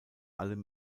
allem